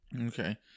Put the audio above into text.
Okay